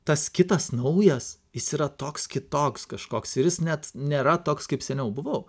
tas kitas naujas jis yra toks kitoks kažkoks ir jis net nėra toks kaip seniau buvau